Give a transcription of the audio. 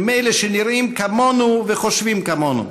עם אלה שנראים כמונו וחושבים כמונו.